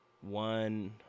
one